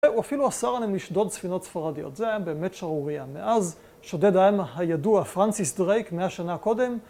ואפילו אסר עליהם לשדוד ספינות ספרדיות, זה היה באמת שרורייה. מאז שודד הידוע פרנסיס דרייק, מאה שנה קודם.